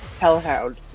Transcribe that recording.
hellhound